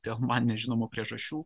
dėl man nežinomų priežasčių